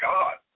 God